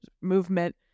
movement